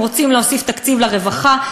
אם רוצים להוסיף תקציב לרווחה,